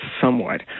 somewhat